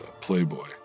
playboy